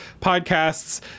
podcasts